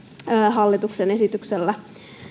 hallituksen esityksellä